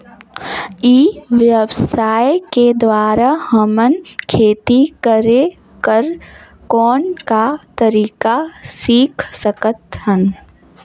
ई व्यवसाय के द्वारा हमन खेती करे कर कौन का तरीका सीख सकत हन?